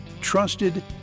trusted